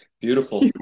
Beautiful